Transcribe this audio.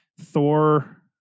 Thor